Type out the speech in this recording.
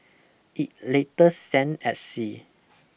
it later sank at sea